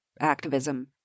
activism